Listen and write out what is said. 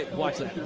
watch that,